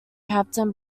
captain